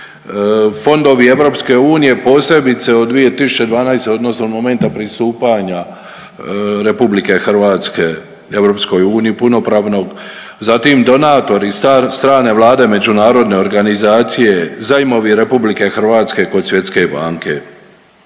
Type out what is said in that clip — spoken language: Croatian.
fondovi EU, posebice od 2012. odnosno od momenta pristupanja RH EU punopravnog, zatim donatori, strane Vlade, međunarodne organizacije, zajmovi RH kod Svjetske banke.